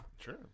Sure